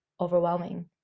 overwhelming